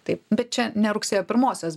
taip bet čia ne rugsėjo pirmosios